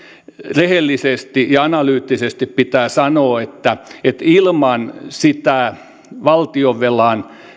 rehellisesti ja analyyttisesti pitää sanoa että ilman sitä valtionvelan